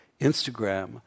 Instagram